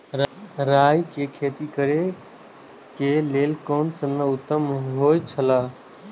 राय के खेती करे के लेल कोन समय उत्तम हुए छला?